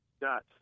Got